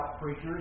preachers